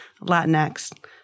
Latinx